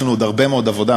יש לנו עוד הרבה מאוד עבודה,